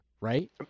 Right